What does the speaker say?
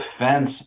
defense